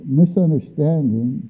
misunderstanding